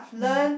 mm